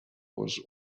was